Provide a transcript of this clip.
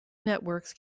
networks